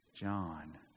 John